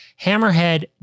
Hammerhead